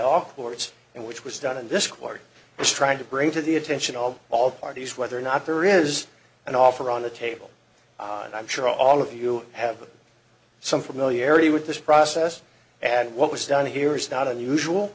courts and which was done in this court is trying to bring to the attention all all parties whether or not there is an offer on the table and i'm sure all of you have some familiarity with this process and what was done here is not unusual